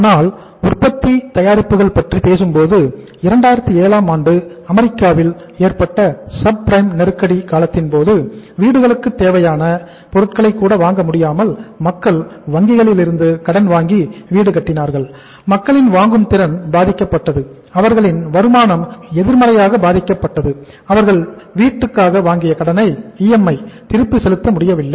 ஆனால் உற்பத்தி தயாரிப்புகள் பற்றி பேசும்போது 2007ஆம் ஆண்டு அமெரிக்காவில் திருப்பி செலுத்த முடியவில்லை